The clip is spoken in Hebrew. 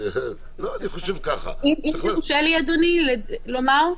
יורשה לי אדוני לומר?